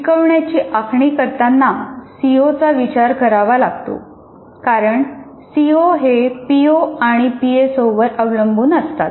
शिकवण्याची आखणी करताना सिओ चा विचार करावा लागतो कारण सिओ हे पि ओ आणि पी एस ओ वर अवलंबून असतात